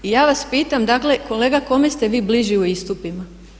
I ja vas pitam dakle kolega kome ste vi bliži u istupima?